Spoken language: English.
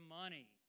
money